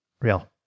real